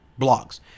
blogs